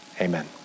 Amen